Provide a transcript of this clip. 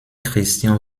christian